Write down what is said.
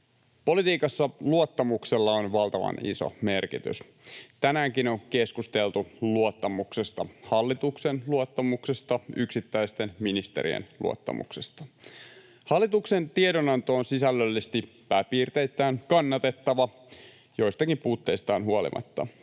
Politiikassa luottamuksella on valtavan iso merkitys. Tänäänkin on keskusteltu luottamuksesta, hallituksen luottamuksesta, yksittäisten ministerien luottamuksesta. Hallituksen tiedonanto on sisällöllisesti pääpiirteittäin kannatettava joistakin puutteistaan huolimatta.